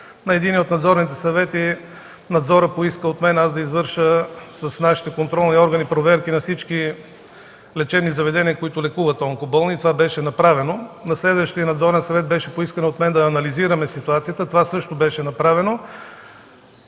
На единия от надзорните съвети надзорът поиска от мен аз да извърша с нашите контролни органи проверки на всички лечебни заведения, които лекуват онкоболни – това беше направено. На следващия Надзорен съвет поисках да анализираме ситуацията – също беше направено.